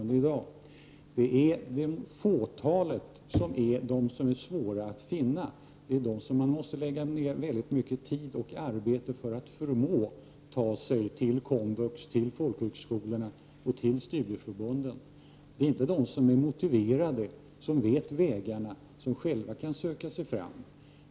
Det är det fåtalet som är svåra att finna. Man måste lägga ner väldigt mycket tid och arbete för att förmå dessa människor att ta sig till Komvux, folkhögskolor och studieförbund. Det gäller inte dem som är motiverade, som vet vägarna och som själva kan söka sig fram.